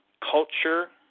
culture